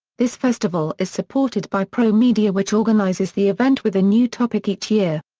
this festival is supported by promedia which organizes the event with a new topic each year.